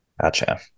gotcha